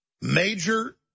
Major